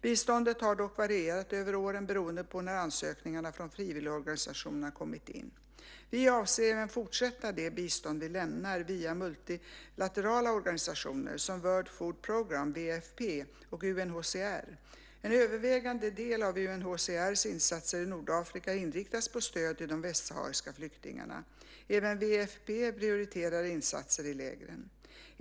Biståndet har dock varierat över åren beroende på när ansökningarna från frivilligorganisationer kommit in. Vi avser även att fortsätta det bistånd vi lämnar via multilaterala organisationer som World Food Programme - WFP - och UNHCR. En övervägande del av UNHCR:s insatser i Nordafrika inriktas på stöd till de västsahariska flyktingarna. Även WFP prioriterar insatser i lägren.